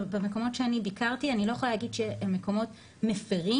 במקומות שאני ביקרתי אני לא יכולה להגיד שהם מקומות מפרים,